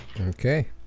Okay